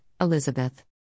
Elizabeth